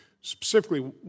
specifically